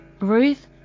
ruth